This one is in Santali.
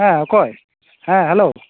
ᱦᱮᱸ ᱚᱠᱚᱭ ᱦᱮᱸ ᱦᱮᱞᱳ